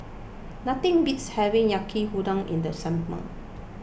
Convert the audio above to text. nothing beats having Yaki Udon in the summer